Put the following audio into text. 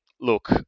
look